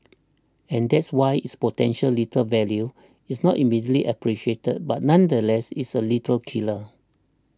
and that's why its potential lethal value is not immediately appreciated but nonetheless it's a lethal killer